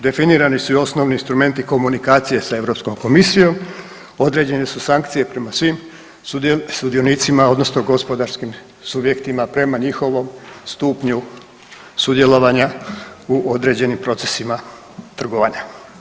Definirani su i osnovni instrumenti komunikacije sa Europskom komisijom, određene su sankcije prema svim sudionicima, odnosno gospodarskim subjektima prema njihovom stupnju sudjelovanja u određenim procesima trgovanja.